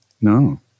No